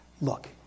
look